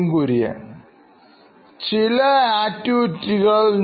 Nithin Kurian COO Knoin Electronics ചില ആക്ടിവിറ്റികൾ